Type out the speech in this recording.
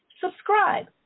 Subscribe